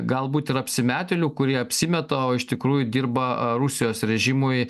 galbūt ir apsimetėlių kurie apsimeta o iš tikrųjų dirba rusijos režimui